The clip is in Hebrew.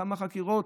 כמה חקירות,